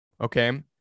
Okay